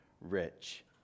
rich